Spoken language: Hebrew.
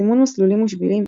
סימון מסלולים ושבילים,